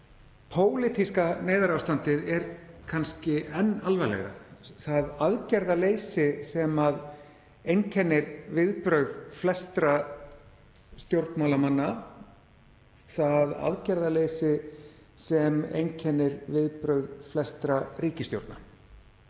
pólitíska neyðarástandið er kannski enn alvarlegra, það aðgerðaleysi sem einkennir viðbrögð flestra stjórnmálamanna, það aðgerðaleysi sem einkennir viðbrögð flestra ríkisstjórna.